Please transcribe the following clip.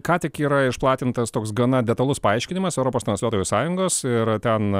ką tik yra išplatintas toks gana detalus paaiškinimas europos transliuotojų sąjungos ir ten